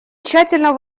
тщательно